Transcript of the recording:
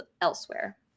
elsewhere